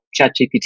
ChatGPT